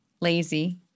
lazy